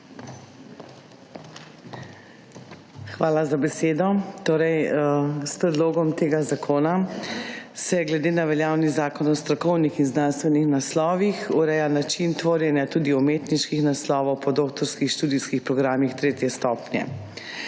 Hvala za besedo. S predlogom tega zakona se glede na veljavni zakon o strokovnih in znanstvenih naslovih ureja način tvorjenja tudi umetniških naslovov po doktorskih študijskih programih tretje stopnje.